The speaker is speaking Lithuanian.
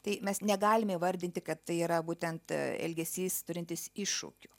tai mes negalime įvardinti kad tai yra būtent elgesys turintis iššūkių